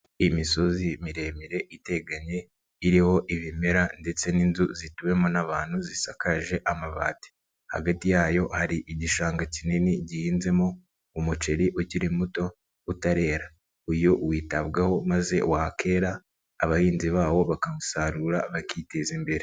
Imisozi miremire iteganye iriho ibimera ndetse n'inzu zituwemo n'abantu zisakaje amabati, hagati yayo hari igishanga kinini gihinzemo umuceri ukiri muto utarera, uyu witabwaho maze wakera abahinzi bawo bakamusarura bakiteza imbere.